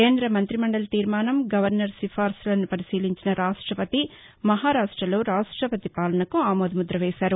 కేంద మంతిమండలి తీర్మానం గవర్నర్ సిఫార్సులను పరిశీలించిన రాష్టపతి మహారాష్టలో రాష్టపతి పాలనకు ఆమోద ముద్ర వేశారు